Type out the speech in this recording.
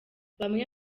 bamwe